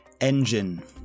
engine